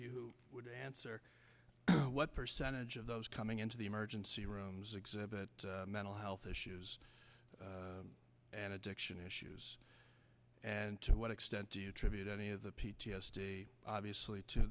who would answer what percentage of those coming into the emergency rooms exhibit mental health issues and addiction issues and to what extent do you attribute any of the p t s d obviously to